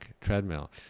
treadmill